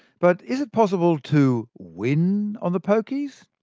but is it possible to win on the pokies?